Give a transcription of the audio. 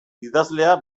idazlea